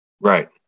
right